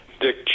Dick